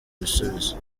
ibisubizo